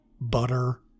butter